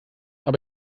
aber